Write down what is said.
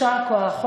יישר כוח.